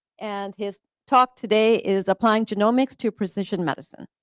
and his talk today is applying genomics to precision medicine.